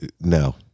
No